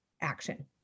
action